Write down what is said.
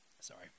Sorry